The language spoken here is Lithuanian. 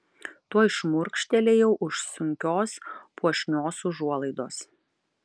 tuoj šmurkštelėjau už sunkios puošnios užuolaidos